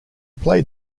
played